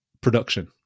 production